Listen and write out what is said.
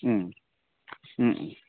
ꯎꯝ ꯎꯝ ꯎꯝ